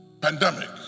pandemic